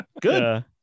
Good